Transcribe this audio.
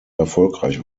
erfolgreich